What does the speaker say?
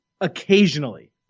occasionally